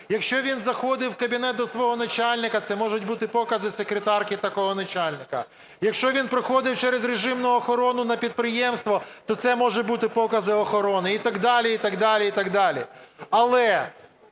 Якщо він заходив в кабінет до свого начальника, це можуть бути покази секретарки такого начальника. Якщо він проходив через режимну охорону на підприємство, то це можуть бути покази охорони, і так далі, і так далі. Але